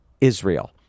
Israel